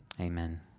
amen